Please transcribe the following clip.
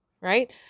right